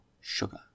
sugar